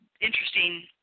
interesting